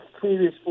previous